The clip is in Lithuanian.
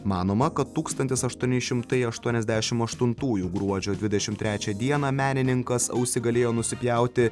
manoma kad tūkstantis aštuoni šimtai aštuoniasdešim aštuntųjų gruodžio dvidešim trečią dieną menininkas ausį galėjo nusipjauti